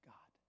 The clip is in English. God